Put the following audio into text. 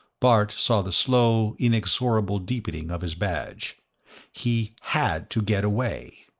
bart saw the slow, inexorable deepening of his badge he had to get away.